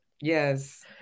Yes